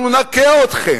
אנחנו נכה אתכם,